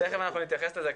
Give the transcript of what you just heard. תיכף אנחנו נתייחס לזה,